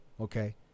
okay